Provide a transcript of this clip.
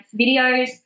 videos